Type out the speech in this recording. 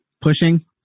Pushing